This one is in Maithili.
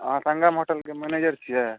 अहाँ सङ्गम होटलक मैनेजर छीयै